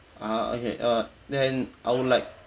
ah okay uh then I would like